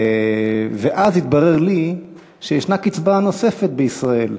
ואז התברר לי שיש קצבה נוספת בישראל,